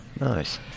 Nice